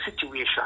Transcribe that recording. situation